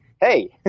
hey